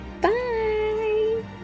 Bye